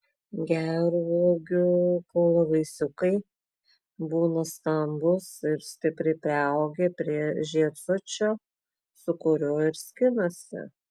gervuogių kaulavaisiukai būna stambūs ir stipriai priaugę prie žiedsosčio su kuriuo ir skinasi